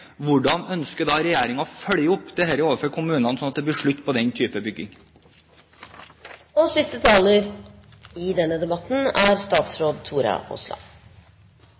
hvordan ønsker da regjeringen å følge opp dette overfor kommunene, slik at det blir slutt på den